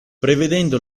prevedendo